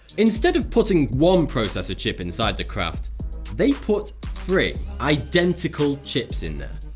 instead of putting one processor chip inside the craft they put three identical chips in there.